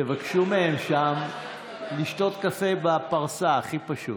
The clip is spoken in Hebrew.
תבקשו מהם שם לשתות קפה בפרסה, הכי פשוט.